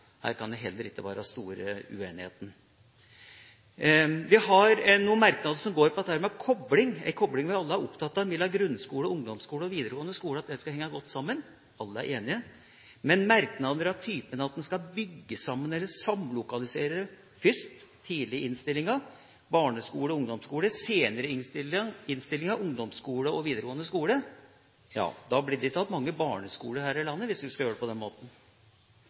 Her kan det heller ikke være store uenigheten. Vi har noen merknader som går på dette med kobling – en kobling vi alle er opptatt av – mellom grunnskole og ungdomsskole og videregående skole, at det skal henge godt sammen. Alle er enige, men opposisjonen har merknader først i innstillinga om at en skal samlokalisere barneskole og ungdomsskole, og senere i innstillinga at en vil samlokalisere ungdomsskole og videregående skole. Det blir ikke igjen mange barneskoler her i landet hvis vi skal gjøre det på den måten.